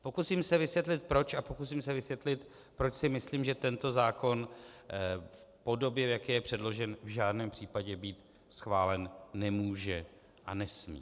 Pokusím se vysvětlit proč a pokusím se vysvětlit, proč si myslím, že tento zákon v podobě, v jaké je přeložen, v žádném případě být schválen nemůže a nesmí.